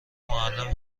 معلم